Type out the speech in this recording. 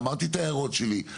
אמרתי את ההערות שלי,